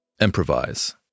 Improvise